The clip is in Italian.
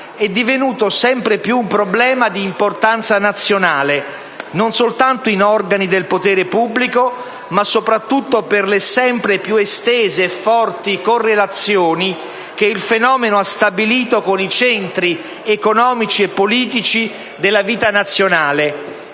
è divenuto sempre più un problema di importanza nazionale, non soltanto in organi del potere pubblico, ma soprattutto per le sempre più estese e forti correlazioni che il fenomeno ha stabilito con i centri economici e politici della vita nazionale